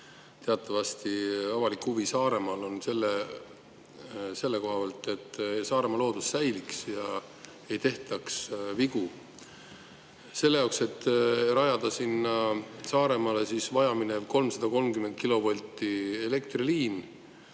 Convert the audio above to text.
Teatavasti avalik huvi Saaremaal on see, et Saaremaa loodus säiliks ja ei tehtaks vigu. Selle jaoks, et rajada Saaremaale vaja minev 330-kilovoldine elektriliin,